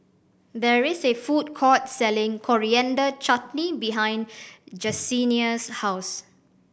there is a food court selling Coriander Chutney behind Jesenia's house